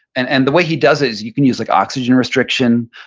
and and the way he does it is you can use like oxygen restriction,